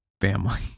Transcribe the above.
family